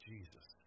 Jesus